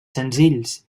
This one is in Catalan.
senzills